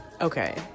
okay